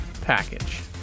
package